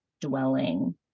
dwelling